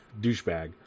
douchebag